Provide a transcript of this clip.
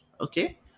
Okay